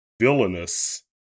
villainous